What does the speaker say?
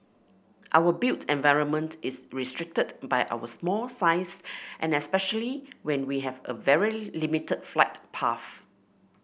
our built environment is restricted by our small size and especially when we have a very limited flight path